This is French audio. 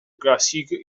classique